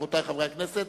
רבותי חברי הכנסת,